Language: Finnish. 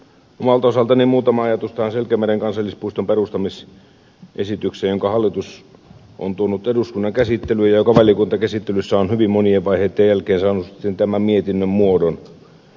omalta osaltani muutama ajatus tähän selkämeren kansallispuiston perustamisesitykseen jonka hallitus on tuonut eduskunnan käsittelyyn ja joka valiokuntakäsittelyssä on hyvin monien vaiheitten jälkeen saanut tämän mietinnön muodon